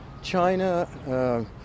China